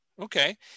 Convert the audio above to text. okay